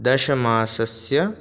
दशममासस्य